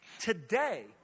Today